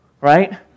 Right